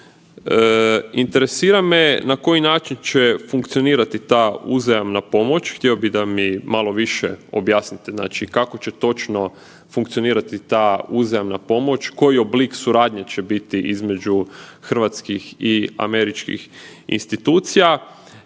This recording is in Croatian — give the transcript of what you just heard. Interesira me na koji način će funkcionirati ta uzajamna pomoć, htio bih da mi malo više objasnite kako će točno funkcionirati ta uzajamna pomoć, koji oblik suradnje će biti između hrvatskih i američkih institucija